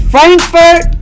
Frankfurt